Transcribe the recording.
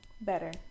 Better